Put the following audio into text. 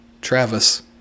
Travis